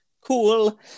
cool